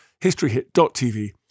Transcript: historyhit.tv